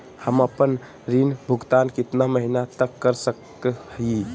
हम आपन ऋण भुगतान कितना महीना तक कर सक ही?